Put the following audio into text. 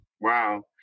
Wow